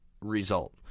result